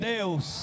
Deus